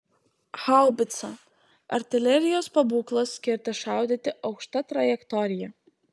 haubica artilerijos pabūklas skirtas šaudyti aukšta trajektorija